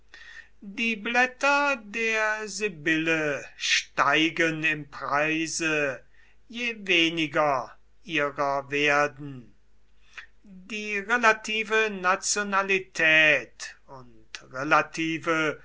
die blätter der sibylle steigen im preise je weniger ihrer werden die relative nationalität und relative